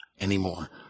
anymore